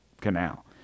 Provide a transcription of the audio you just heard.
canal